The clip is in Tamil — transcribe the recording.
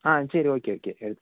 ஆ சரி ஓகே ஓகே சரி